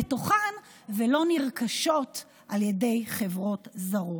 לתוכן, ולא נרכשות על ידי חברות זרות.